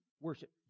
worship